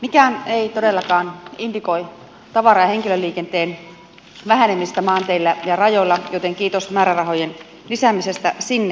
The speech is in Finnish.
mikään ei todellakaan indikoi tavara ja henkilöliikenteen vähenemistä maanteillä ja rajoilla joten kiitos määrärahojen lisäämisestä sinne